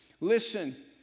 listen